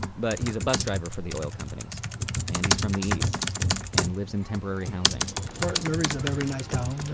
but he's a bus driver for the oil companies and he's from the east and lives in temporary housing fort mcmurray's a very nice town,